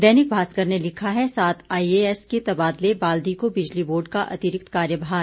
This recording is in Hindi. दैनिक भास्कर ने लिखा है सात आईएएस के तबादले बाल्दी को बिजली बोर्ड का अतिरिक्त कार्यभार